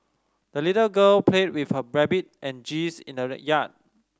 the little girl played with her rabbit and geese in the yard